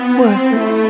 worthless